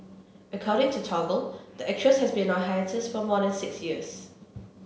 according to Toggle the actress has been on a hiatus for more than six years